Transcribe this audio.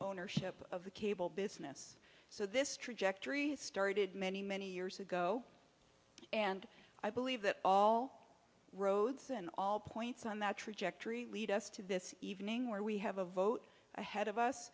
ownership of the cable business so this trajectory has started many many years ago and i believe that all roads and all points on that trajectory lead us to this evening where we have a vote ahead of us